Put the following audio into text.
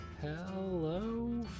Hello